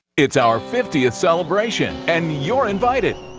it's our fiftieth celebration, and you're invited.